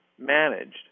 managed